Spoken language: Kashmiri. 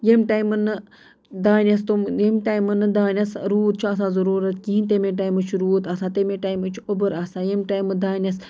ییٚمہِ ٹایمہٕ نہٕ دانٮ۪ٮس تِم ییٚمہِ ٹایمہٕ نہٕ دانٮ۪س روٗد چھُ آسان ضروٗرت کِہیٖنٛۍ تَمے ٹایمہٕ چھُ روٗد آسان تَمے ٹایمہٕ چھُ اوٚبُر آسان ییٚمہِ ٹایمہٕ دانٮ۪س